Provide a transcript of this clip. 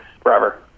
forever